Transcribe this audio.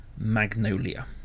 Magnolia